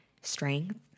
strength